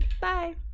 Bye